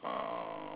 uh